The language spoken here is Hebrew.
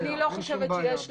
אני לא חושבת שיש להם.